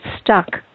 stuck